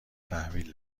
تحویل